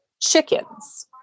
chickens